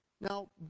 Now